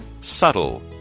Subtle